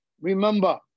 remember